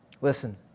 Listen